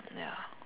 ya